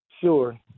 sure